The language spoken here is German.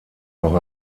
auch